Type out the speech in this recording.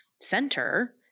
center